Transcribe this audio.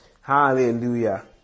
hallelujah